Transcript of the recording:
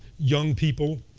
young people,